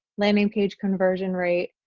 landing page conversion rate,